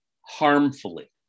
harmfully